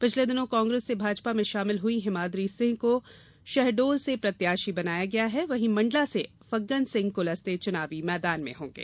पिछले दिनों कांग्रेस से भाजपा में शामिल हुई हिमाद्री सिंह को शहडोल से प्रत्याशी बनाया गया है वहीं मंडला से फग्गन सिंह कुलस्ते चुनावी मैदान में होंगे